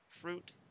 Fruit